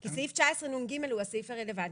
כי סעיף 19נג הוא הסעיף הרלוונטי,